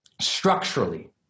structurally